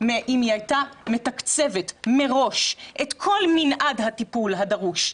מאם היא הייתה מתקצבת מראש את כל מנעד הטיפול הדרוש,